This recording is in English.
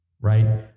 right